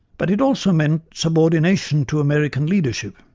but it also meant subordination to american leadership.